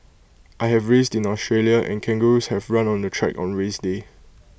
I have raced in Australia and kangaroos have run on the track on race day